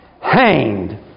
hanged